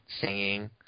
singing